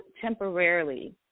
temporarily